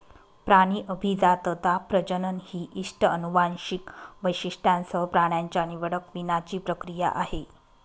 प्राणी अभिजातता, प्रजनन ही इष्ट अनुवांशिक वैशिष्ट्यांसह प्राण्यांच्या निवडक वीणाची प्रक्रिया आहे